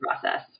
process